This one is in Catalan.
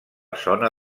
zona